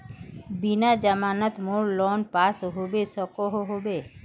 बिना जमानत मोर लोन पास होबे सकोहो होबे?